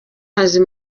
mazi